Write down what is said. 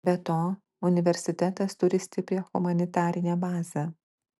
be to universitetas turi stiprią humanitarinę bazę